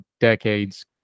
decades